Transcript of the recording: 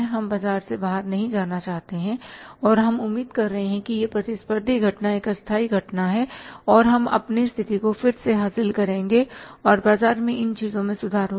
हम बाजार से बाहर नहीं जाना चाहते हैं और हम उम्मीद कर रहे हैं कि यह प्रतिस्पर्धी घटना एक अस्थायी घटना है और हम अपनी स्थिति को फिर से हासिल करेंगे और बाजार में इन चीजों में सुधार होगा